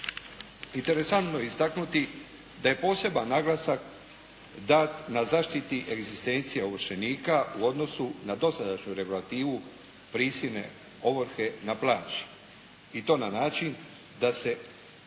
Interesantno je istaknuti da je poseban naglasak dat na zaštiti egzistencije ovršenika u odnosu na dosadašnju regulativu prisilne ovrhe na plaći i to na način da se